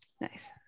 nice